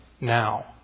now